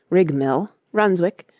rig mill, runswick,